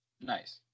Nice